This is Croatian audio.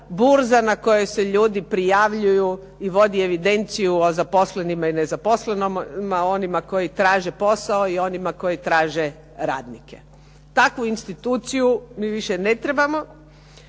burza na koju se ljudi prijavljuju i vodi evidenciju o zaposlenima i nezaposlenima, onima koji traže posao i onima koji traže radnike. Takvu instituciju mi više ne trebamo.